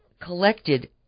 collected